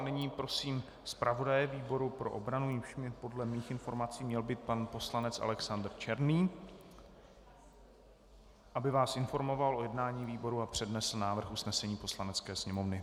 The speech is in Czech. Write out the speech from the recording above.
Nyní prosím zpravodaje výboru pro obranu, jímž by podle mých informací měl být pan poslanec Alexander Černý, aby vás informoval o jednání výboru a přednesl návrh usnesení Poslanecké sněmovny.